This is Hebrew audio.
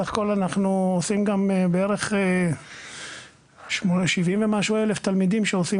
סך הכל אנחנו עושים גם בערך 70 ומשהו אלף תלמידים שעושים